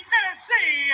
Tennessee